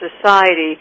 society